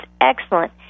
excellent